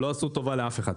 לא עשו טובה לאף אחד.